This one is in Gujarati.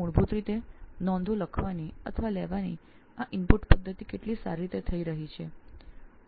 તો મૂળભૂત રીતે ખવાની અથવા નોંધો લેવાની આ ઇનપુટ પદ્ધતિ કેટલી સારી રીતે થઈ રહી છે